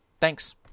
Thanks